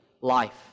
life